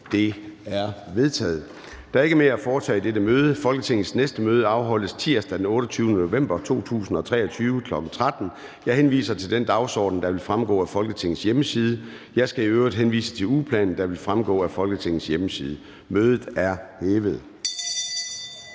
(Søren Gade): Der er ikke mere at foretage i dette møde. Folketingets næste møde afholdes tirsdag den 28. november 23, kl. 13.00. Jeg henviser til den dagsorden, der vil fremgå af Folketingets hjemmeside. Og jeg skal øvrigt henvise til ugeplanen, der også vil fremgå af Folketingets hjemmeside. Mødet er hævet.